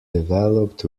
developed